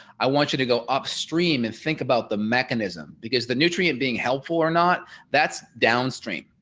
i want you to go upstream and think about the mechanism because the nutrient being helpful or not that's downstream.